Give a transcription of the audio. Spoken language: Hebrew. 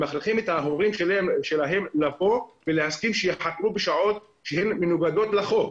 ומכריחים את ההורים שלהם להסכים שהם ייחקרו בשעות שהן מנוגדות לחוק.